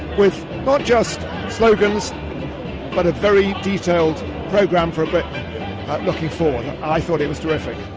with not just slogans but a very detailed program for a britain looking forward i thought it was terrific.